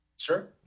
Sure